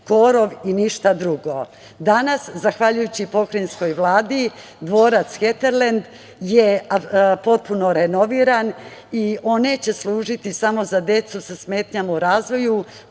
korov i ništa drugo. Danas zahvaljujući pokrajinskoj Vladi, dvorac Heterlend je potpuno renoviran i on neće služiti samo za decu sa smetnjama u razvoju,